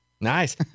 Nice